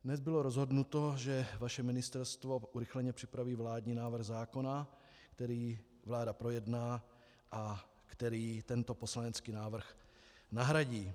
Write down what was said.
Dnes bylo rozhodnuto, že vaše ministerstvo urychleně připraví vládní návrh zákona, který vláda projedná a který tento poslanecký návrh nahradí.